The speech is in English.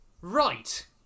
right